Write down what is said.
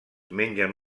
mengen